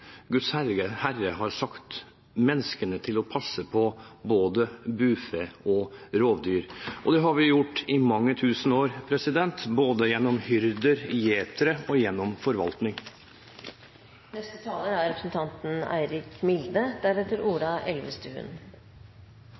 Herre har satt menneskene til å passe på både bufe og rovdyr, og det har vi gjort i mange tusen år, både gjennom hyrder og gjetere og gjennom